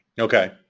okay